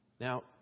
Now